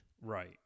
right